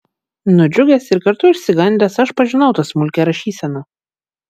nudžiugęs ir kartu išsigandęs aš pažinau tą smulkią rašyseną